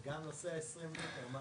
מה